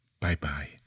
Bye-bye